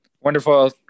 Wonderful